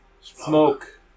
Smoke